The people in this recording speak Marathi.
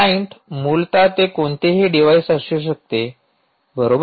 क्लायंट मूलत ते कोणतेही डिव्हाइस असू शकते बरोबर